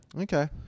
Okay